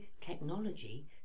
technology